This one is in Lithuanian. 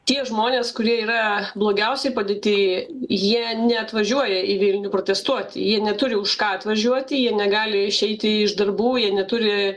tie žmonės kurie yra blogiausioj padėty jie neatvažiuoja į vilnių protestuoti jie neturi už ką atvažiuoti jie negali išeiti iš darbų jie neturi